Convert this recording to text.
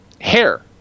Hair